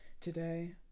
today